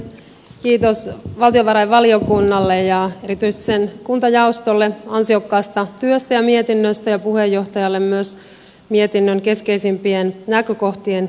kiitos valtiovarainvaliokunnalle ja erityisesti sen kuntajaostolle ansiokkaasta työstä ja mietinnöstä ja puheenjohtajalle myös mietinnön keskeisimpien näkökohtien esittelystä